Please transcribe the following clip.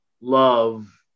love